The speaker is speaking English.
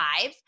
five